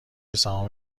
سهام